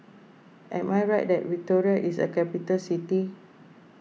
am I right that Victoria is a capital city